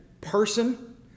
person